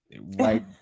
right